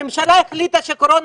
הממשלה החליטה שהקורונה,